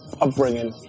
upbringing